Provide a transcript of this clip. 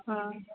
ਹਾਂ